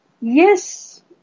Yes